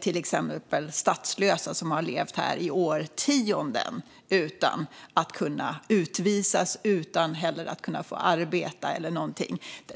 till exempel statslösa som har levt här i årtionden utan att kunna utvisas men också utan att kunna arbeta eller någonting annat.